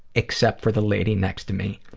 except for the lady next to me.